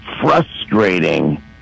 frustrating